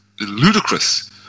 ludicrous